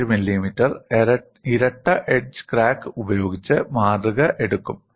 5 millimetre ഇരട്ട edge crack ഉപയോഗിച്ച് മാതൃക എടുക്കും